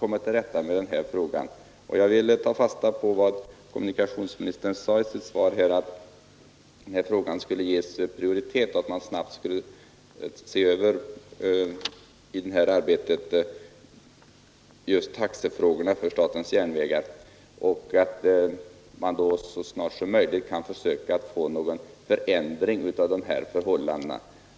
komma till rätta med denna olägenhet. Jag tar också fasta på vad kommunikationsministern sade i svaret, att frågan skall ges prioritet och att man skall se över taxefrågorna för statens järnvägar. Det är angeläget att så snart som möjligt försöka åstadkomma en ändring i nuvarande förhållanden.